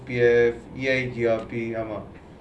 P_F_P_I_P_L_P ah mah